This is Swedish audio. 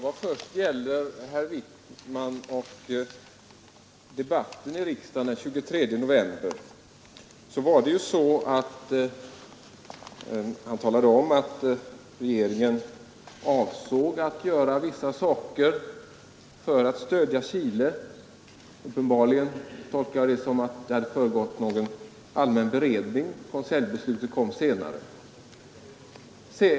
Herr talman! I debatten i riksdagen den 23 november talade herr Wickman om att regeringen avsåg att göra vissa saker för att stödja Chile. Jag tolkar detta som om det hade föregått allmän beredning och att konseljbeslutet skulle komma senare.